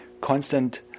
constant